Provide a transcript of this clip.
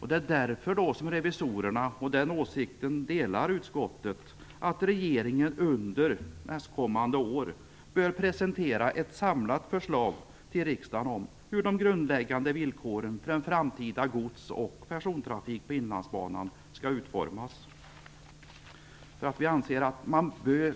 Det är därför revisorerna har åsikten - en åsikt som utskottet delar - att regeringen under nästa år bör presentera riksdagen ett samlat förslag om hur de grundläggande villkoren för den framtida gods och persontrafiken på Inlandsbanan skall utformas.